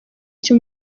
icyo